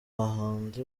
bahanzi